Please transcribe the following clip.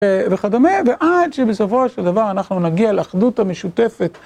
וכדומה, ועד שבסופו של דבר אנחנו נגיע לאחדות המשותפת.